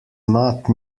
not